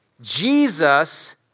Jesus